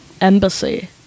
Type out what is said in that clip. embassy